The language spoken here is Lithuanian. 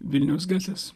vilniaus gatvės